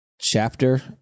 chapter